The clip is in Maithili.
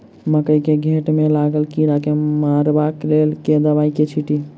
मकई केँ घेँट मे लागल कीड़ा केँ मारबाक लेल केँ दवाई केँ छीटि?